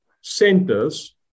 centers